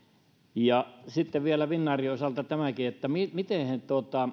ja sitten vielä finnairin osalta on tämäkin miten miten he